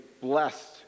blessed